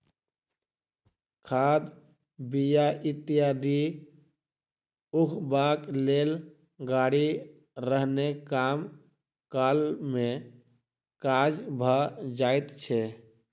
खाद, बीया इत्यादि उघबाक लेल गाड़ी रहने कम काल मे काज भ जाइत छै